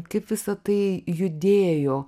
kaip visa tai judėjo